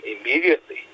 immediately